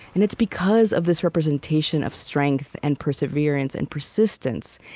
and it's because of this representation of strength and perseverance and persistence,